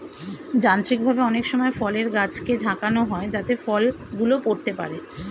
যান্ত্রিকভাবে অনেক সময় ফলের গাছকে ঝাঁকানো হয় যাতে ফল গুলো পড়তে পারে